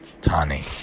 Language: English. tani